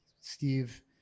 Steve